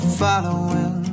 following